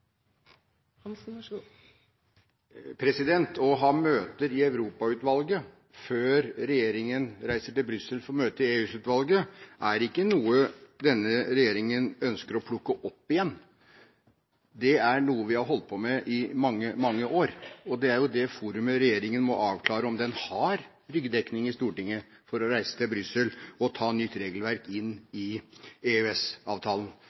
ikke noe denne regjeringen «ønsker å plukke opp igjen». Det er noe vi har holdt på med i mange, mange år, og det er jo i det forumet regjeringen må avklare om den har ryggdekning i Stortinget for å reise til Brussel og ta nytt regelverk inn